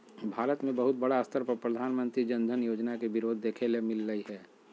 भारत मे बहुत बड़ा स्तर पर प्रधानमंत्री जन धन योजना के विरोध देखे ले मिललय हें